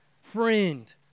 friend